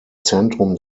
zentrum